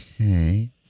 Okay